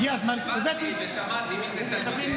הגיע זמן --- הבנתי ושמעתי מי זה "תלמידיהם".